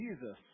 Jesus